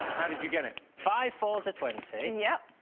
did you get it five fours or twenty? and yep